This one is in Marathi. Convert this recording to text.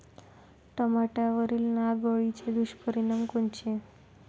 टमाट्यावरील नाग अळीचे दुष्परिणाम कोनचे?